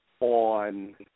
on